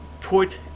put